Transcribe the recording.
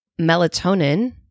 melatonin